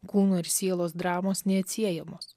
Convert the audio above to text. kūno ir sielos dramos neatsiejamos